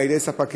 על ידי ספקים.